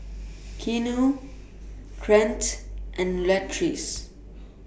Keanu Trent and Latrice